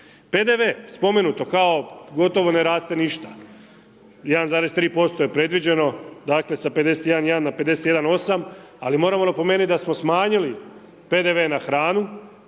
PDV spomenuto kao gotovo ne raste ništa, 1,3% je predviđeno dakle sa 51,1 na 51,8 ali moramo napomenuti da smo smanjili PDV na hranu